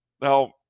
Now